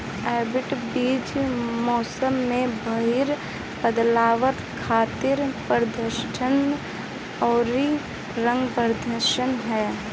hybrid बीज मौसम में भारी बदलाव खातिर प्रतिरोधी आउर रोग प्रतिरोधी ह